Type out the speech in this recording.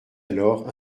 alors